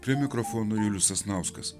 prie mikrofono julius sasnauskas